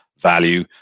value